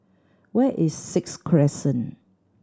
where is Sixth Crescent